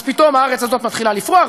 אז פתאום הארץ הזאת מתחילה לפרוח,